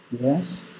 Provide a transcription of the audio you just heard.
Yes